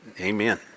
Amen